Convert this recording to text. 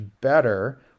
better